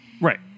Right